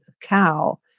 cow